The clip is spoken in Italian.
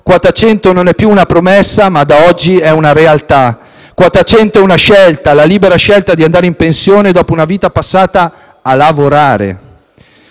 100 non è più una promessa, ma da oggi è una realtà, una scelta: la libera scelta di andare in pensione dopo una vita passata a lavorare.